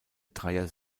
dreier